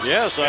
Yes